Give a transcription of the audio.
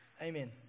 Amen